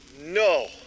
no